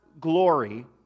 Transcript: glory